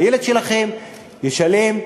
הילד שלכם ישלם,